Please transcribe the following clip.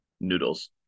Noodles